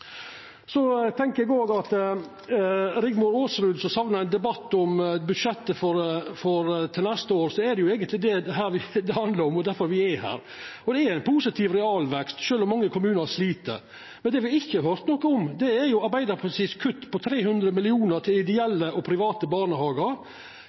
Så tenkjer eg òg, til Rigmor Aasrud, som sakna ein debatt om budsjettet for neste år: Det er eigentleg det dette handlar om, og difor me er her. Det er ein positiv realvekst sjølv om mange kommunar slit. Det me ikkje har høyrt noko om, er kuttet frå Arbeidarpartiet på 300 mill. kr til